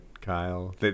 Kyle